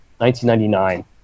1999